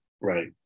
right